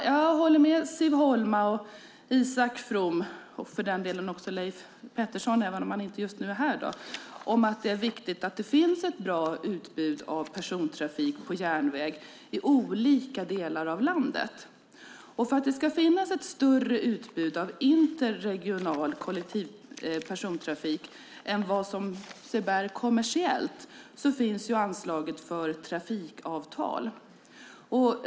Jag håller med Siv Holma, Isak From och för den delen också Leif Pettersson, även om han inte är här just nu, om att det är viktigt att det finns ett bra utbud av persontrafik på järnväg i olika delar av landet. För att det ska finnas ett större utbud av interregional kollektiv persontrafik än vad som bär sig kommersiellt finns anslaget för trafikavtal.